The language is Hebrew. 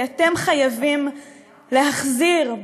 כי אתם חייבים להחזיר,